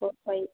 five